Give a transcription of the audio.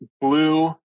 blue